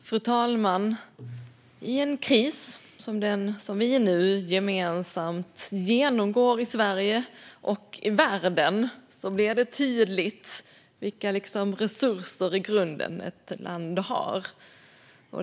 Fru talman! I en kris som den vi nu gemensamt genomgår i Sverige och i världen blir det tydligt vilka resurser ett land i grunden har.